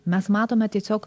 mes matome tiesiog